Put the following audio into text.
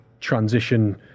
transition